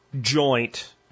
joint